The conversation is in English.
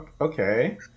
okay